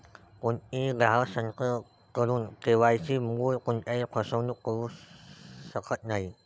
कोणीही ग्राहक संस्थेकडून के.वाय.सी मुळे कोणत्याही फसवणूक करू शकत नाही